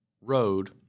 road